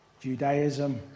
Judaism